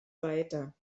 weiter